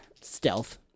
Stealth